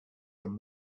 him